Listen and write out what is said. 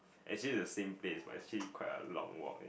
actually it's the same place but actually quite a long walk